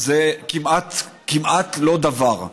זה כמעט לא דבר.